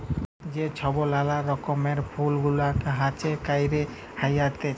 যে ছব লালা রকমের ফুল গুলা গাহাছে ক্যইরে হ্যইতেছে